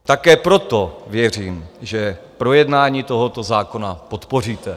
Také proto věřím, že projednání tohoto zákona podpoříte.